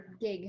gig